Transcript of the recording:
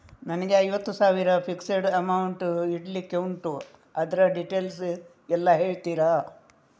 ನನಗೆ ಐವತ್ತು ಸಾವಿರ ಫಿಕ್ಸೆಡ್ ಅಮೌಂಟ್ ಇಡ್ಲಿಕ್ಕೆ ಉಂಟು ಅದ್ರ ಡೀಟೇಲ್ಸ್ ಎಲ್ಲಾ ಹೇಳ್ತೀರಾ?